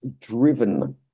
driven